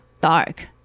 dark